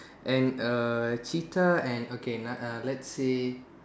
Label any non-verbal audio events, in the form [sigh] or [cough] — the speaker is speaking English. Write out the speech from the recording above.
and a cheetah and okay [noise] lets say